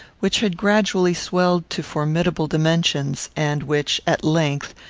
which had gradually swelled to formidable dimensions and which, at length,